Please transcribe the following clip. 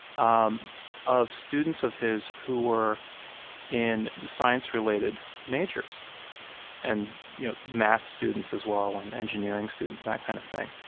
um of students of his who were in science-related majors and, you know, math students as well, and engineering students, and that kind of thing.